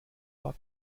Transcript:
war